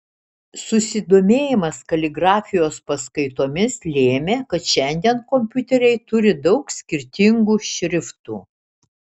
susidomėjimas kaligrafijos paskaitomis lėmė kad šiandien kompiuteriai turi daug skirtingų šriftų